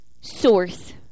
source